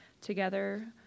together